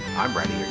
and i'm ready.